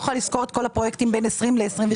יכולה לזכור את כל הפרויקטים בין 2020 ל-2022.